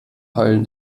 heulen